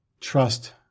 trust